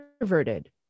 introverted